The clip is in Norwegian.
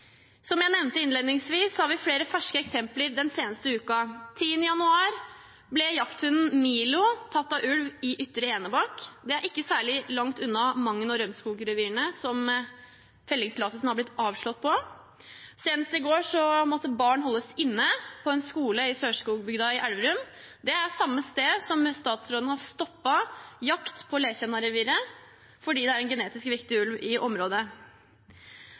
Som jeg nevnte innledningsvis, har vi flere ferske eksempler den seneste uken: Den 10. januar ble jakthunden Milo tatt av ulv i Ytre Enebakk. Det er ikke særlig langt unna Mangen- og Rømskogrevirene, som fellingstillatelsen har blitt avslått for. Senest i går måtte barn holdes inne på en skole i Sørskogbygda i Elverum. Det er samme sted som statsråden har stoppet jakt på Letjennareviret, fordi det er en genetisk viktig ulv i området.